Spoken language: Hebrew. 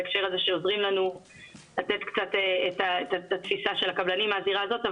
שעוזרים לנו להבין את התפיסה של הקבלנים מהזירה הזאת.